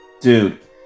Dude